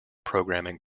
programming